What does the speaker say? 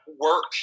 work